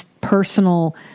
personal